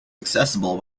accessible